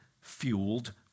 fueled